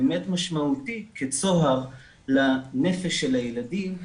הוא באמת משמעותי כצוהר לנפש של הילדים,